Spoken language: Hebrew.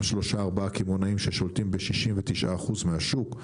שלושה-ארבעה קמעונאים ששולטים ב-69% מהשוק.